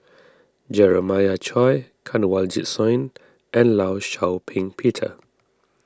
Jeremiah Choy Kanwaljit Soin and Law Shau Ping Peter